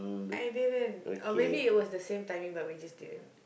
I didn't or maybe it was the same timing but we just didn't